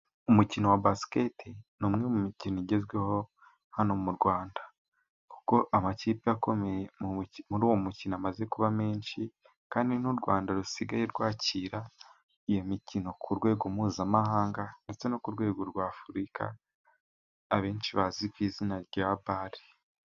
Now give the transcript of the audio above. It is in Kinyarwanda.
Umukino wa basiketibolu ni umwe mu mikino igezweho hano mu Rwanda, kuko amakipe akomeye muri uwo mukino amaze kuba menshi. kandi n’u Rwanda rusigaye rwakira iyo mikino ku rwego mpuzamahanga, ndetse no ku rwego rwa Afurika, abenshi bazi ku izina rya Bale.